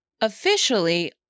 Officially